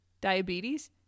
Diabetes